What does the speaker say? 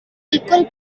equal